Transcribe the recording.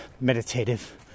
meditative